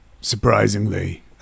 surprisingly